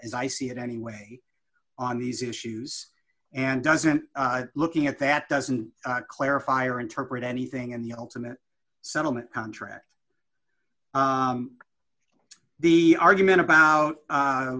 as i see it anyway on these issues and doesn't looking at that doesn't clarify or interpret anything in the ultimate settlement contract the argument about